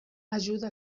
ajuda